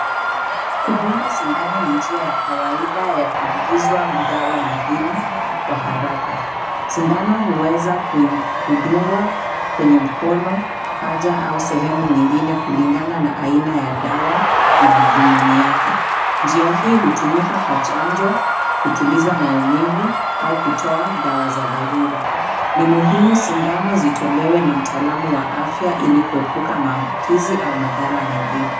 Kudungwa sindano ni njia ya kawaida ya kuingizwa dawa mwilini kwa haraka. Sindano huweza kuingi kudungwa kwenye mkono, paja au sehemu nyingine kulingana na aina ya dawa na madhumuni yake. Njia hii hutumika kwa chanjo, kutuliza maumivu au kutoa dawa za dharura. Ni muhimu sindano zitolewe na mtaalamu wa afya ili kuepuka maabukizi au madhara mengine.